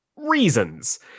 reasons